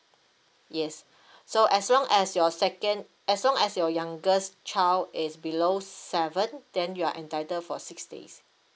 yes so as long as your second as long as your youngest child is below seven then you are entitle for six days